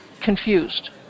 confused